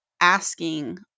asking